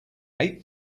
eight